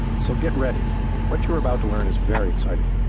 so get ready what you're about to learn is very exciting.